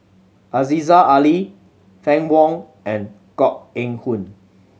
Aziza Ali Fann Wong and Koh Eng Hoon